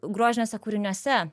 grožiniuose kūriniuose